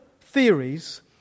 theories